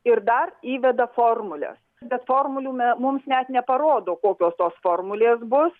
ir dar įveda formules bet formulių me mums net neparodo kokios tos formulės bus